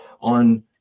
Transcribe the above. on